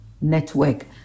network